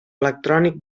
electrònic